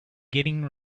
getting